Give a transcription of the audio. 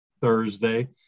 Thursday